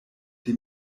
dem